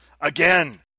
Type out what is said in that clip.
Again